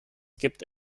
gibt